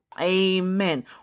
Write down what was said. Amen